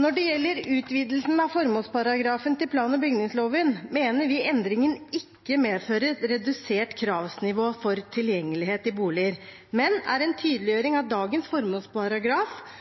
Når det gjelder utvidelsen av formålsparagrafen til plan- og bygningsloven, mener vi endringen ikke medfører et redusert kravsnivå for tilgjengelighet i boliger, men er en tydeliggjøring av dagens formålsparagraf,